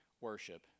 worship